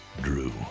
Drew